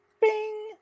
Bing